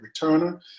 returner